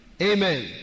Amen